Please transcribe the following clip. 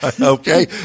okay